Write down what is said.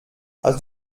hast